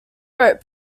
wrote